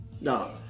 No